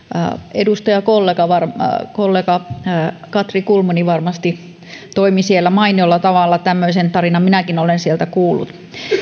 edustajakollega katri kulmuni varmasti toimi siellä inarissa mainiolla tavalla tämmöisen tarinan minäkin olen sieltä kuullut